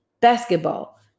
Basketball